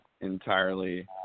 entirely